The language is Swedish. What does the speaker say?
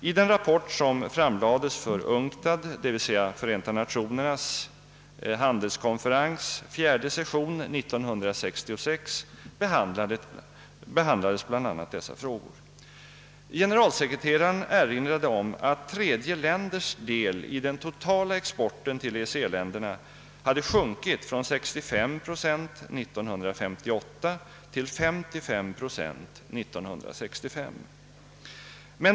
I den rapport som framlades för UNCTAD:s — d.v.s. Förenta Nationernas handelskonferens — fjärde session 1966 behandlades bl.a. dessa frågor. Generalsekreteraren erinrade om att tredje länders del i den totala exporten till EEC-län der hade sjunkit från 65 procent 1958 till 55 procent 1965.